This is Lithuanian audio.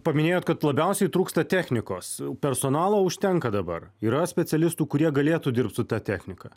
paminėjot kad labiausiai trūksta technikos personalo užtenka dabar yra specialistų kurie galėtų dirbt su ta technika